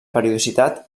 periodicitat